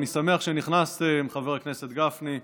אני שמח שנכנס חבר הכנסת גפני,